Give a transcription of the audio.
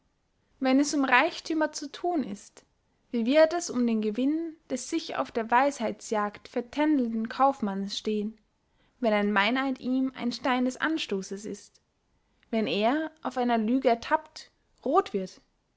wenn es um reichthümer zu thun ist wie wird es um den gewinn des sich auf der weisheitsjagd vertändelnden kaufmannes stehen wenn ein meineid ihm ein stein des anstosses ist wenn er auf einer lüge ertapt roth wird